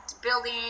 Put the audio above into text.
building